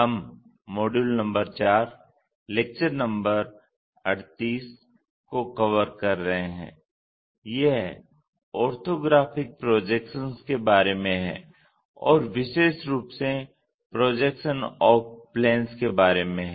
हम module number 4 lecture नं 38 को कवर कर रहे हैं यह ऑर्थोग्राफिक प्रोजेक्शंस के बारे में है और विशेष रूप से प्रोजेक्शन ऑफ प्लेंस के बारे में है